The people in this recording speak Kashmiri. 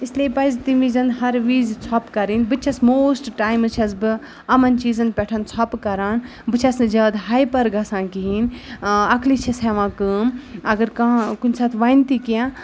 اِسلیے پَزِ تمہِ وِزِ ہر وِز ژھۄپہٕ کَرٕنۍ بہٕ تہِ چھَس موسٹ ٹایمٕز چھَس بہٕ یِمَن چیٖزَن پٮ۪ٹھ ژھۄپہٕ کَران بہٕ چھَس نہٕ زیادٕ ہایپَر گژھان کِہیٖنۍ عقلہِ چھَس ہٮ۪وان کٲم اگر کانٛہہ کُنہِ ساتہٕ وَنہِ تہِ کینٛہہ